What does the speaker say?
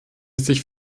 sich